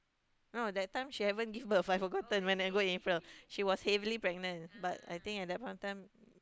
no that time she haven't give birth I forgotten when I go April she was heavily pregnant but I think at that point of time